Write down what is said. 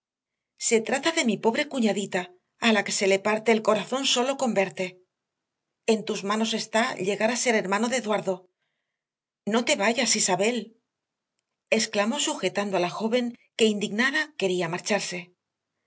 se trata de mi pobre cuñadita a la que se le parte el corazón sólo con verte en tus manos está llegar a ser hermano de eduardo no te vayas isabel exclamó sujetando a la joven que indignada quería marcharse